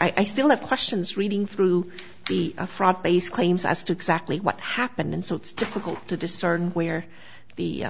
i still have questions reading through the affront based claims as to exactly what happened so it's difficult to discern where the